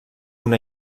una